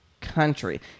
country